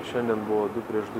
šiandien buvo du prieš du